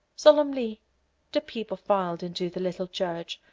solemnly the people filed into the little church,